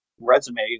resume